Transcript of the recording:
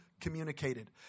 communicated